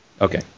Okay